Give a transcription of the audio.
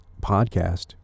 podcast